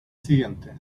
siguiente